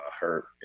hurt